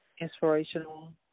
inspirational